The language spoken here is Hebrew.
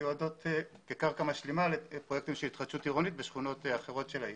מיועדות לקרקע משלימה להתחדשות עירונית בשכונות אחרות של העיר.